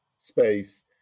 space